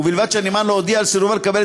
ובלבד שהנמען לא הודיע על סירובו לקבל את